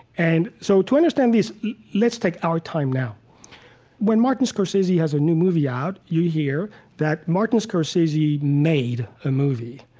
and so, to understand this let's take our time now when martin scorsese has a new movie out, you hear that martin scorsese made a movie.